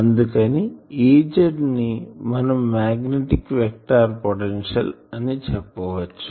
అందుకని Az ని మనం మాగ్నెటిక్ వెక్టార్ పొటెన్షియల్ అని చెప్పవచ్చు